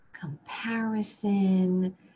comparison